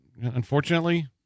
unfortunately